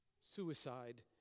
Suicide